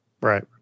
Right